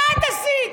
מה את עשית?